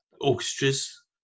orchestras